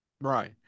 Right